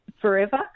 forever